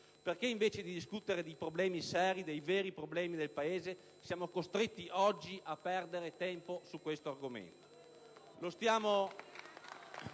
Perché invece di discutere di problemi seri, dei veri problemi del Paese, siamo costretti oggi a perdere tempo su questo argomento?